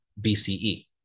BCE